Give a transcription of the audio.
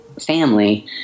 family